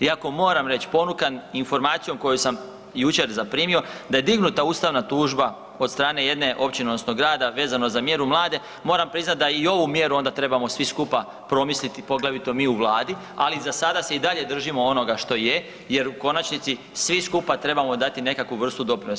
Iako moram reć, ponukan informacijom koju sam jučer zaprimio da je dignuta ustavna tužba od strane jedne općine odnosno grada vezano za mjeru mlade, moram priznat da i ovu mjeru onda trebamo svi skupa promislit i poglavito mi u vladu, ali za sada se i dalje držimo onoga što je jer u konačnici svi skupa trebamo dati nekakvu vrstu doprinosa.